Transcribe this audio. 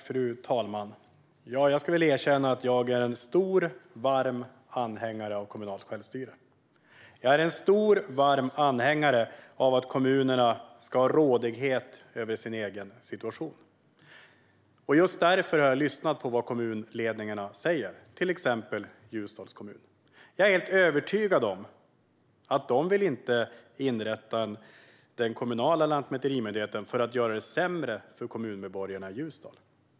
Fru talman! Jag ska erkänna att jag är en stor och varm anhängare av kommunalt självstyre. Jag är en stor och varm anhängare av att kommunerna ska ha rådighet över sin egen situation. Just därför har jag lyssnat på vad kommunledningarna säger, till exempel i Ljusdals kommun. Jag är helt övertygad om att Ljusdals kommun inte vill inrätta den kommunala lantmäterimyndigheten för att göra det sämre för kommunmedborgarna i Ljusdal.